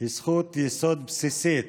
היא זכות יסוד בסיסית,